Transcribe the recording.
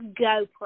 GoPro